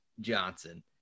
Johnson